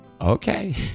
Okay